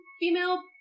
female